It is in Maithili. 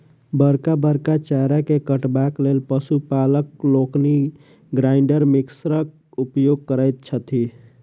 बड़का बड़का चारा के काटबाक लेल पशु पालक लोकनि ग्राइंडर मिक्सरक उपयोग करैत छथि